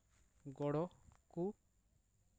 ᱜᱚᱲᱚ ᱠᱚ